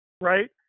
Right